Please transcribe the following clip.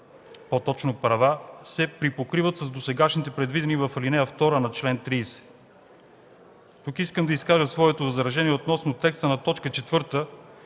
по-точно права, се припокриват с досегашните, предвидени в ал. 2 на чл. 30. Тук искам да изкажа своето възражение относно текста на т. 4,